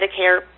Medicare